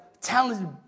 talented